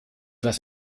was